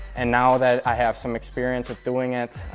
and now that i have some experience with doing it,